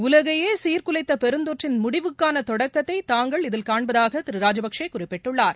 உலகையே சீாகுலைத்த பெருந்தொற்றின் முடிவுக்கான தொடக்கத்தை தாங்கள் இதில் காண்பதாக திரு ராஜபக்சே குறிப்பிட்டுள்ளார்